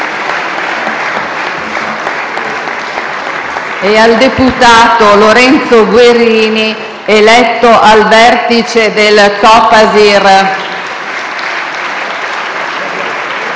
e al deputato Lorenzo Guerini, eletto al vertice del Comitato